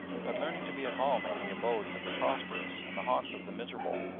but learning to be at home in the abodes of the prosperous and the haunts of the miserable,